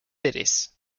cities